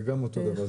זה גם אותו דבר.